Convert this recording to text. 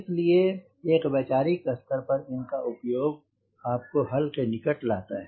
इस लिए एक वैचारिक स्तर पर इनका उपयोग आपको हल के निकट लाता है